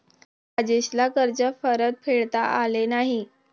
राजेशला कर्ज परतफेडता आले नाही